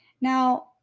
Now